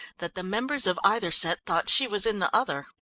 that the members of either set thought she was in the other.